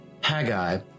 Haggai